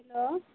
hello